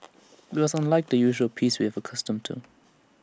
IT was unlike the usual peace we have accustomed to